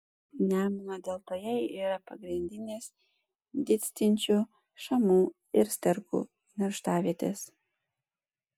nemuno deltoje yra pagrindinės didstinčių šamų ir sterkų nerštavietės